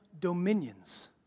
dominions